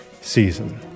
season